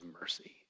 mercy